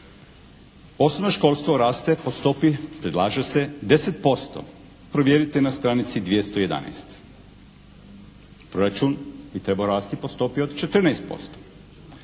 Osnovno školstvo raste po stopi, predlaže se 1'%, provjerite na stranici 211. Proračun bi trebao rasti po stopi od 14%.